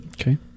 Okay